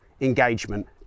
engagement